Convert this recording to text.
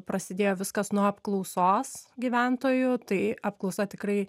prasidėjo viskas nuo apklausos gyventojų tai apklausa tikrai